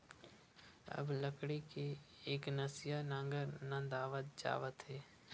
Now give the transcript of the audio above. अब लकड़ी के एकनसिया नांगर नंदावत जावत हे